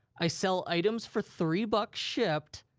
i sell items for three bucks, shipped,